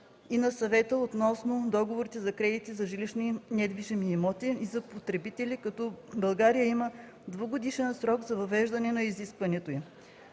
и на Съвета относно договорите за кредити за жилищни недвижими имоти за потребители като България има двугодишен срок за въвеждане на изискванията й.